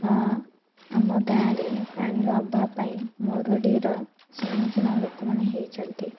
ହଁ ଆମ ଗାଁରେ ପାଣିର ଅଭାବ ପାଇଁ ମରୁଡ଼ିର ସମ୍ମୁଖୀନ ଲୋକମାନେ ହୋଇଛନ୍ତି